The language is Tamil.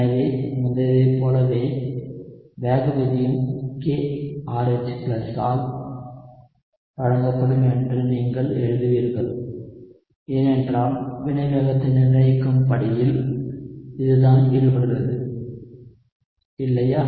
எனவே முந்தையதைப் போலவே வேகவிதியும் kRH ஆல் வழங்கப்படும் என்று நீங்கள் எழுதுவீர்கள் ஏனென்றால் வினைவேகத்தை நிர்ணயிக்கும் படியில் இதுதான் ஈடுபடுகிறது இல்லையா